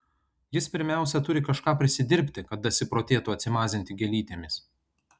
jis pirmiausia turi kažką prisidirbti kad dasiprotėtų atsimazinti gėlytėmis